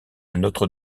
notre